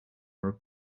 her